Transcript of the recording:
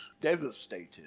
devastated